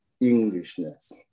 Englishness